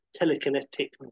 telekinetic